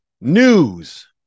news